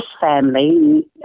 family